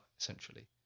essentially